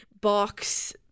box